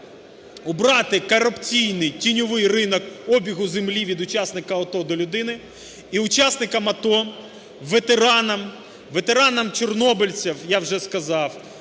убрати корупційний тіньовий ринок обігу землі від учасника АТО до людини. І учасникам АТО, ветеранам, ветеранам чорнобильцям, я вже сказав,